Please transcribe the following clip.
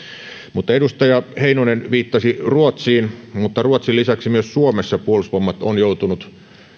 edustaja heinonen viittasi ruotsiin mutta ruotsin lisäksi myös suomessa on puolustusvoimat joutunut